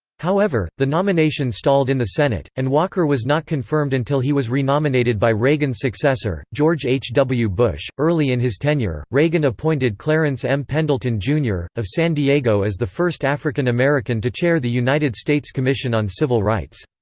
however, the nomination stalled in the senate, and walker was not confirmed until he was renominated by reagan's successor, george h. w. bush early in his tenure, reagan appointed clarence m. pendleton jr, of san diego as the first african american to chair the united states commission on civil rights.